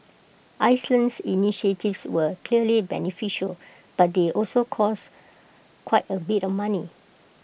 Iceland's initiatives were clearly beneficial but they also cost quite A bit of money